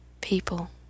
people